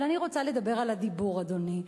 אבל אני רוצה לדבר על הדיבור, אדוני.